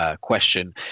question